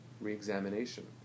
re-examination